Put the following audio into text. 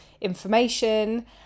information